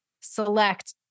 select